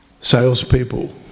salespeople